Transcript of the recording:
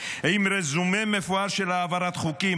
עם רזומה מפואר של העברת חוקים.